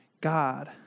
God